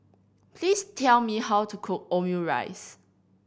please tell me how to cook Omurice